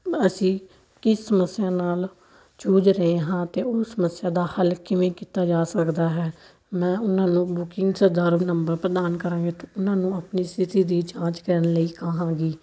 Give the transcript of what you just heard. ਅਸੀਂ ਕਿਸ ਸਮੱਸਿਆ ਨਾਲ ਜੂਝ ਰਹੇ ਹਾਂ ਅਤੇ ਉਸ ਸਮੱਸਿਆ ਦਾ ਹੱਲ ਕਿਵੇਂ ਕੀਤਾ ਜਾ ਸਕਦਾ ਹੈ ਮੈਂ ਉਹਨਾਂ ਨੂੰ ਬੁਕਿੰਗ ਸੰਦਰਭ ਨੰਬਰ ਪ੍ਰਦਾਨ ਕਰਾਂਗੀ ਅਤੇ ਉਹਨਾਂ ਨੂੰ ਆਪਣੀ ਸਥਿਤੀ ਦੀ ਜਾਂਚ ਕਰਨ ਲਈ ਕਹਾਂਗੀ